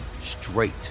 straight